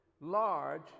large